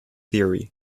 theory